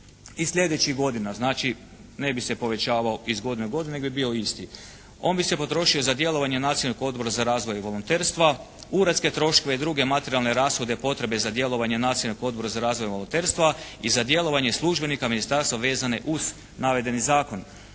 i sljedećih godina. Znači ne bi se povećavao iz godine u godinu nego bi bio isti. On bi se potrošio za djelovanje Nacionalnog odbora za razvoj volonterstva, uredske troškove i druge materijalne rashode potrebne za djelovanje Nacionalnog odbora za razvoj volonterstva i za djelovanje službenika Ministarstva vezane uz navedeni zakon.